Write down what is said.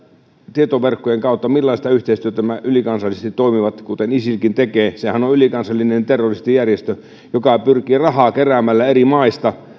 tietoverkkojen kautta millaista yhteistyötä nämä ylikansallisesti toimivat kuten isilkin tekevät sehän on ylikansallinen terroristijärjestö joka pyrkii eri maista rahaa keräämällä